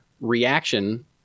reaction